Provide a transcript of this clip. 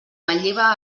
manlleva